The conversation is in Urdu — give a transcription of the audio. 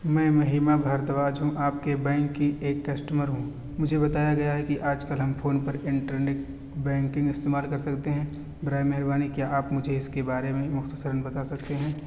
میں مہیما بھاردواج ہوں آپ کے بینک کی ایک کسٹمر ہوں مجھے بتایا گیا ہے کہ آج کل ہم پھون پر انٹرنیٹ بینکنگ استعمال کر سکتے ہیں برائے مہربانی کیا آپ مجھے اس کے بارے میں مختصراً بتا سکتے ہیں